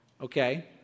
okay